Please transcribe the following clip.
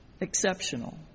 Exceptional